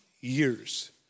years